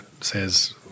says